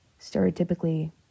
stereotypically